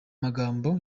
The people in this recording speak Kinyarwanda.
magambo